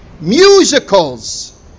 musicals